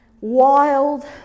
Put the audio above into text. Wild